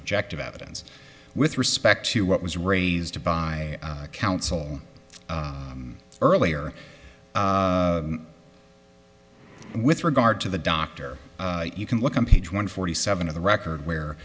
objective evidence with respect to what was raised by counsel earlier with regard to the doctor you can look on page one forty seven of the record where